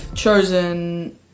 chosen